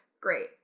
Great